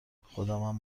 خودمم